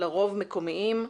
לרוב מקומיים,